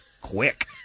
Quick